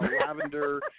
lavender